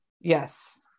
Yes